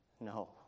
No